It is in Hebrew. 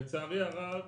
לצערי הרב